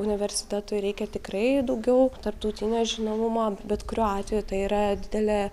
universitetui reikia tikrai daugiau tarptautinio žinomumo bet kuriuo atveju tai yra didelė